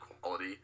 quality